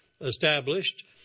established